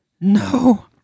no